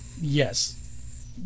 yes